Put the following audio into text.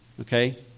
Okay